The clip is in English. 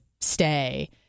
stay